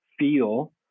feel